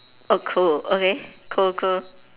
oh cool okay cool cool